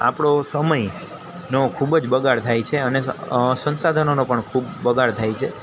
આપણો સમયનો ખૂબ જ બગાડ થાય છે અને સંસાધનોનો પણ ખૂબ બગાડ થાય છે